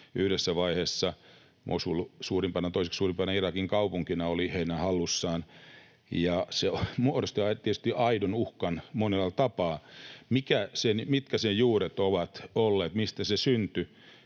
yhdessä vaiheessa, Mosul toiseksi suurimpana Irakin kaupunkina oli heidän hallussaan — ja se muodosti tietysti aidon uhkan monella tapaa. Mitkä sen juuret ovat olleet? Mistä se syntyi?